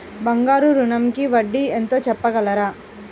బంగారు ఋణంకి వడ్డీ ఎంతో చెప్పగలరా?